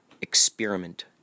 Experiment